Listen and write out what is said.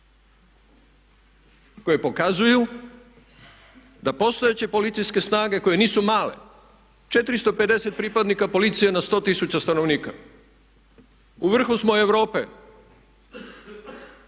koje pokazuju da postojeće policijske snage koje nisu male, 450 pripadnika policije na 100 tisuća stanovnika. U vrhu smo Europe